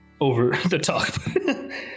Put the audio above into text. over-the-top